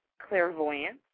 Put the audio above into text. clairvoyance